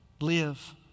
live